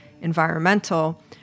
environmental